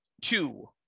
two